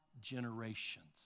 generations